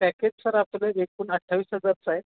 package sir आपल्याला एकूण अठ्ठावीस हजारचं आहे